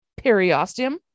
periosteum